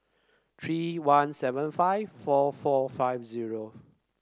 three one seven five four four five zero